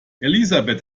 elisabeth